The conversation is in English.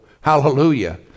hallelujah